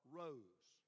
rose